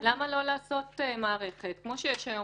אבל למה לא לעשות מערכת כמו שיש היום